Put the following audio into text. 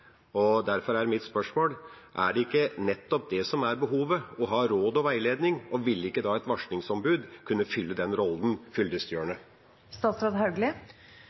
og veiledning. Derfor er mitt spørsmål: Er det ikke nettopp det som er behovet, å ha råd og veiledning, og ville ikke da et varslingsombud kunne fylle den rollen